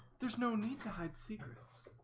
there's no need to hide secrets